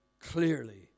clearly